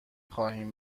خواهیم